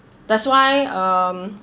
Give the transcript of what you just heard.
that's why um